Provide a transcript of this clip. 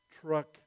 truck